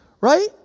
Right